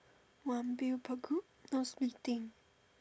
one bill per group now's meeting